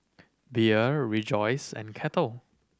Biore Rejoice and Kettle